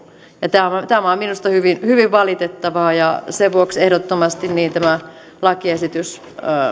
tämä tämä on minusta hyvin hyvin valitettavaa ja sen vuoksi ehdottomasti tämä lakiesitys